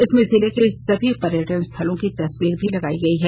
इसमें जिले के सभी पर्यटन स्थलों की तस्वीर भी लगाई गयी है